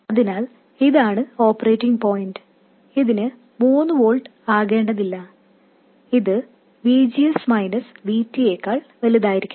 അതിനാൽ ഇതാണ് operating point ഇതിന് മൂന്ന് വോൾട്ട് ആകേണ്ടതില്ല ഇത് VGS Vt യേക്കാൾ വലുതായിരിക്കണം